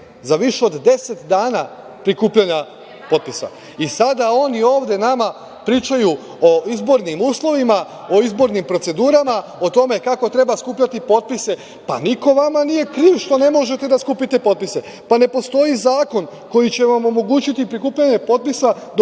za više od 10 dana prikupljanja potpisa i sada oni ovde nama pričaju o izbornim uslovima, o izbornim procedurama, o tome kako treba skupljati potpise. Niko vama nije kriv što ne možete da skupite potpise. Ne postoji zakon koji će vam omogućiti prikupljanje potpisa do